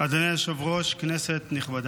אדוני היושב-ראש, כנסת נכבדה,